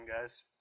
guys